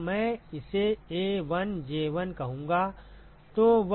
तो मैं इसे A1J1 कहूंगा